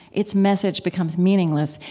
its message becomes meaningless.